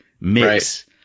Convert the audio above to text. mix